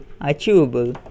achievable